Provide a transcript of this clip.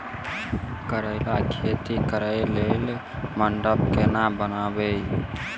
करेला खेती कऽ लेल मंडप केना बनैबे?